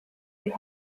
die